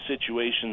situations